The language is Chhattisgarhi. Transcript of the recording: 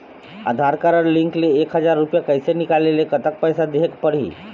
आधार कारड लिंक ले एक हजार रुपया पैसा निकाले ले कतक पैसा देहेक पड़ही?